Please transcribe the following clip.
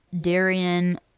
Darian